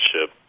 ship